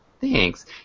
Thanks